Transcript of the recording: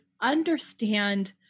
understand